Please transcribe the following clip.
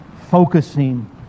focusing